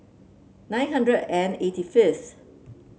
nine hundred and eighty fifth